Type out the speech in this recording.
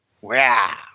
Wow